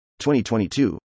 2022